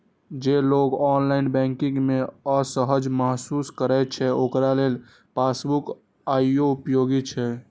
जे लोग online banking मे असहज महसूस करै छै, ओकरा लेल पासबुक आइयो उपयोगी छै